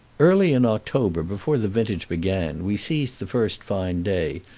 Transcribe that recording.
early in october, before the vintage began, we seized the first fine day,